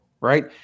right